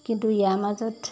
কিন্তু ইয়াৰ মাজত